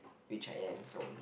which I am so